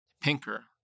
Pinker